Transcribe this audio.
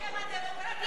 בשם הדמוקרטיה,